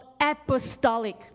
apostolic